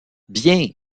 bien